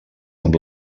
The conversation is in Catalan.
amb